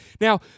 Now